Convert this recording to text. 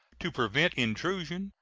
to prevent intrusion,